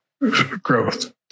growth